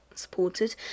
supported